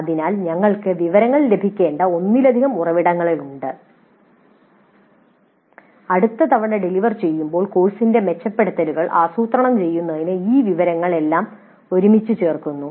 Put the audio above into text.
അതിനാൽ ഞങ്ങൾക്ക് വിവരങ്ങൾ ലഭിക്കേണ്ട ഒന്നിലധികം ഉറവിടങ്ങളുണ്ട് അടുത്ത തവണ ഡെലിവർ ചെയ്യുമ്പോൾ കോഴ്സിന്റെ മെച്ചപ്പെടുത്തലുകൾ ആസൂത്രണം ചെയ്യുന്നതിന് ഈ വിവരങ്ങൾ എല്ലാം ഒരുമിച്ച് ചേർക്കുന്നു